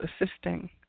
assisting